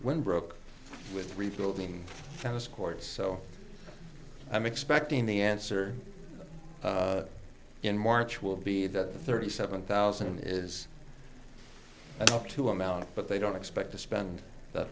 went broke with rebuilding from this court so i'm expecting the answer in march will be that the thirty seven thousand is up to amount but they don't expect to spend the